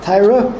Tyra